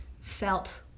felt